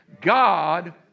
God